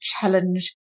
challenge